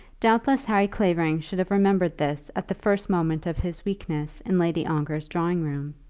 doubtless harry clavering should have remembered this at the first moment of his weakness in lady ongar's drawing-room.